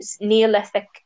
Neolithic